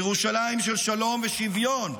ירושלים של שלום ושוויון,